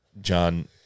John